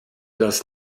dass